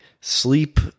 sleep